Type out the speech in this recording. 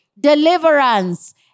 deliverance